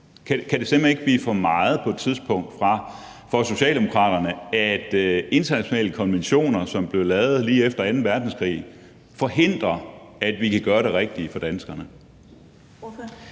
Kan det simpelt hen ikke blive for meget på et tidspunkt for Socialdemokraterne, at internationale konventioner, som blev lavet lige efter anden verdenskrig, forhindrer, at vi kan gøre det rigtige for danskerne?